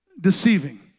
deceiving